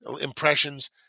impressions